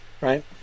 right